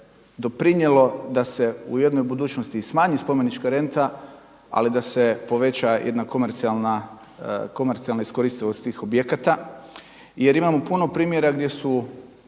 doprinijelo da se u jednoj budućnosti i smanji spomenička renta ali da se poveća jedna komercijalna, komercijalna iskoristivost tih objekata jer imamo puno primjera gdje